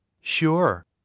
Sure